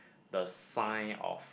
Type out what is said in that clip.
the sign of